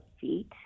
feet